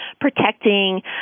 protecting